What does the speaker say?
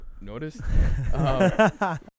noticed